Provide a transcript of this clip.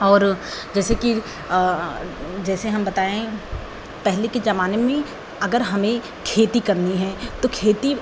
और जैसे कि जैसे हम बताएँ पहले के ज़माने में अगर हमें खेती करनी है तो खेती